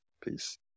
Peace